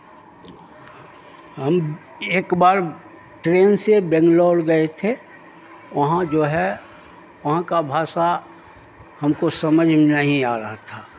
हम एक बार ट्रेन से बैंगलौर गये थे वहां जो है वहां का भाषा हमको समझ में नहीं आ रहा था